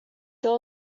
there